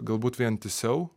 galbūt vientisiau